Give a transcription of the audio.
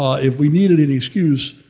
ah if we needed an excuse,